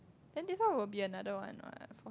then this one will be another one what